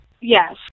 Yes